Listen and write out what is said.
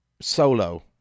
solo